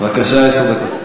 בבקשה, עשר דקות.